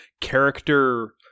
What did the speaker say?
character